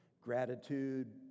Gratitude